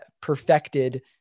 perfected